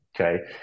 Okay